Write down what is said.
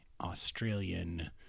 Australian